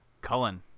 Cullen